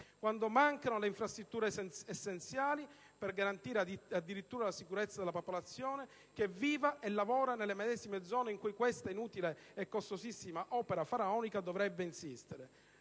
quando mancano le infrastrutture essenziali per garantire addirittura la sicurezza della popolazione che vive e lavora nelle medesime zone in cui questa inutile e costosissima opera faraonica dovrebbe insistere.